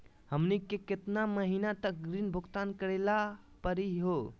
हमनी के केतना महीनों तक ऋण भुगतान करेला परही हो?